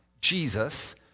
Jesus